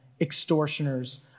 extortioners